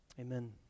amen